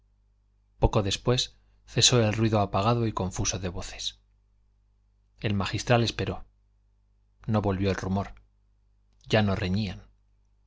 poco después cesó el ruido apagado y confuso de voces el magistral esperó no volvió el rumor ya no reñían